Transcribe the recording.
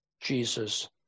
Jesus